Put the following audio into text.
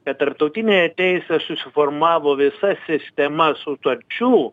kad tarptautinė teisė susiformavo visa sistema sutarčių